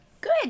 Good